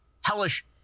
hellish